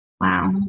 Wow